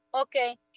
Okay